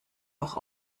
auch